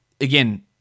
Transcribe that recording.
again